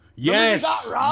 Yes